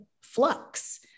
flux